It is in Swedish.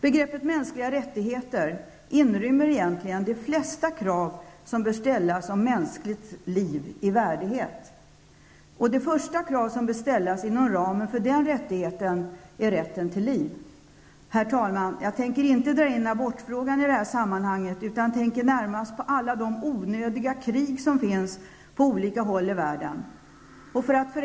Begreppet mänskliga rättigheter inrymmer egentligen flertalet krav som bör ställas när det gäller ett mänskligt liv i värdighet. Det första krav som bör ställas inom ramen för den rättigheten gäller rätten till liv. Jag skall inte ta upp abortfrågan i det här sammanhanget. Närmast tänker jag i stället på alla onödiga krig som pågår på olika håll i världen.